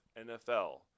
NFL